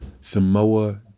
samoa